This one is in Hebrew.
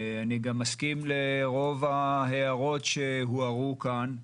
אני גם מסכים לרוב ההערות שהוערו כאן.